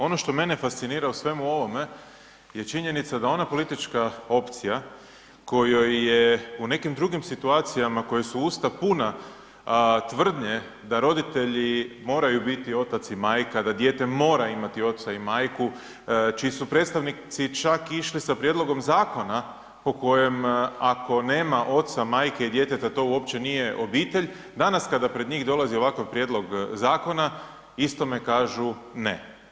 Ono što mene fascinira u svemu ovome je činjenica da ona politička opcija kojoj je u nekim drugim situacijama koje su usta puna tvrdnje da roditelji moraju biti otac i majka, da dijete mora imati oca i majku, čiji su predstavnici čak išli sa prijedlogom zakona po kojem, ako nema oca, majke i djeteta, to uopće nije obitelj, danas kada pred njih dolazi ovakav prijedlog zakona, istome kažu ne.